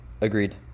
Agreed